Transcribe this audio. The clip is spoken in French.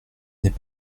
n’est